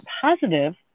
positive